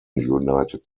united